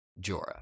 Jorah